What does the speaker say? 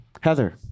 Heather